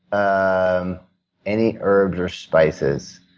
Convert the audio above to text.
ah um any herbs or spices,